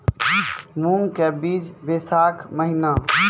मूंग के बीज बैशाख महीना